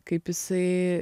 kaip jisai